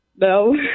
No